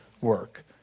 work